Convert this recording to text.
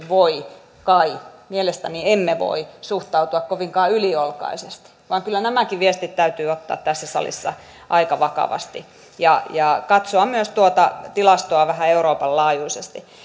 voi kai mielestäni emme voi suhtautua kovinkaan yliolkaisesti vaan kyllä nämäkin viestit täytyy ottaa tässä salissa aika vakavasti ja ja katsoa myös tuota tilastoa vähän euroopan laajuisesti